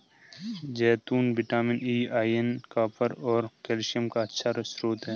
जैतून vitamin E, iron, copper और calcium का अच्छा स्रोत हैं